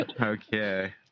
okay